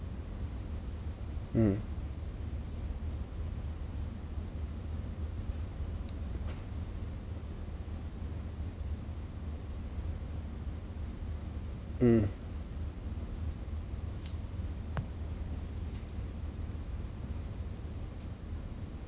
mm mm